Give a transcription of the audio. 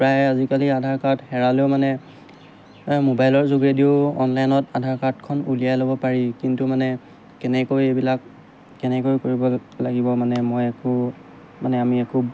প্ৰায় আজিকালি আধাৰ কাৰ্ড হেৰালেও মানে মোবাইলৰ যোগেদিও অনলাইনত আধাৰ কাৰ্ডখন উলিয়াই ল'ব পাৰি কিন্তু মানে কেনেকৈ এইবিলাক কেনেকৈ কৰিব লাগিব মানে মই একো মানে আমি একো